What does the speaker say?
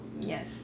yes